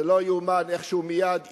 זה לא ייאמן איך הוא מייד התייצב,